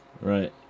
right